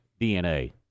DNA